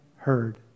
Heard